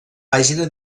pàgina